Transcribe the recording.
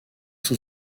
sous